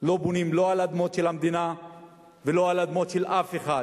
לא בונים לא על אדמות של המדינה ולא על אדמות של אף אחד,